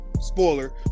Spoiler